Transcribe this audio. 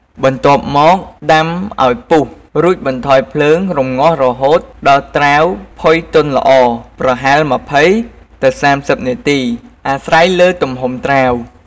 បន្ទាប់មក ដាំឱ្យពុះ រួចបន្ថយភ្លើងរម្ងាស់រហូតដល់ត្រាវផុយទន់ល្អ ប្រហែល ២០ ទៅ ៣០ នាទី អាស្រ័យលើទំហំត្រាវ។